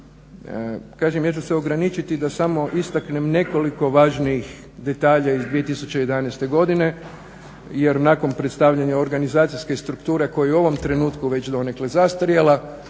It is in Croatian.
Kažem ja ću se ograničiti da samo istaknem nekoliko važnijih detalja iz 2011.godine jer nakon predstavljanja organizacijske strukture koje u ovom trenutku već donekle zastarjela